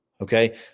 okay